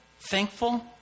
thankful